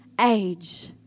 age